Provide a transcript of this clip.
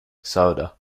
soda